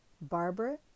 Barbara